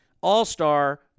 All-Star